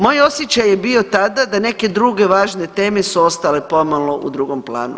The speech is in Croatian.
Moj osjećaj je bio tada da neke druge važne teme su ostale pomalo u drugom planu.